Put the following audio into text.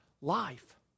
life